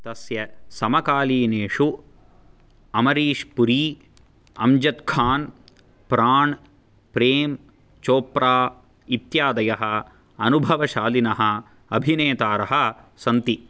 तस्य समकालीनेषु अमरीश् पुरी अम्ज़द् ख़ान् प्राण् प्रेम् चोप्रा इत्यादयः अनुभवशालिनः अभिनेतारः सन्ति